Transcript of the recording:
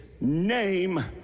name